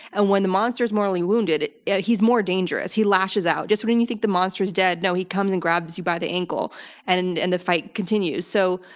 and when the monster's mortally wounded he's more dangerous. he lashes out. just when and you think the monster is dead, no. he comes and grabs you by the ankle and and the fight continues. so,